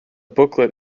booklet